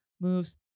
moves